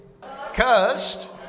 cursed